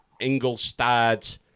Ingolstadt